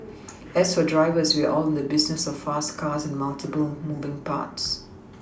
as for drivers we are all in the business of fast cars and multiple moving parts